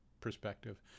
perspective